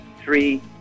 three